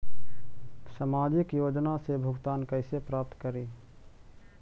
सामाजिक योजना से भुगतान कैसे प्राप्त करी?